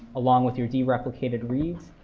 along with your dereplicated reads.